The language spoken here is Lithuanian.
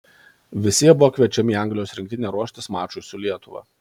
visi jie buvo kviečiami į anglijos rinktinę ruoštis mačui su lietuva